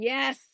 Yes